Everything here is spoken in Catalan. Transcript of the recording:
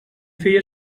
feia